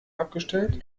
abgestellt